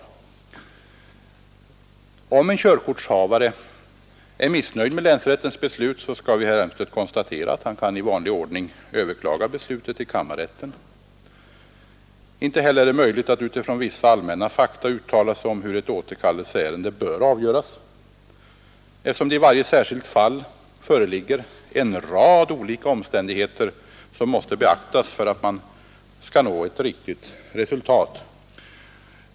Men om en körkortsinnehavare är missnöjd med länsrättens beslut, kan han eller hon i vanlig ordning överklaga beslutet i kammarrätten. Inte heller är det möjligt att utifrån vissa allmänna fakta uttala sig om hur ett återkallelseärende bör avgöras, eftersom det i varje särskilt fall föreligger en rad olika omständigheter som måste beaktas för att man skall nå ett riktigt resultat.